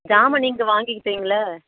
ஜாமான் நீங்கள் வாங்கிப்பீங்கள்ல